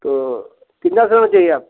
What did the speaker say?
तो कितना समय में चाहिए आपको